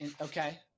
Okay